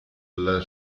dalla